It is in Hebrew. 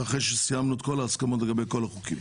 זה אחרי שסיימנו את כל ההסכמות לגבי כל החוקים.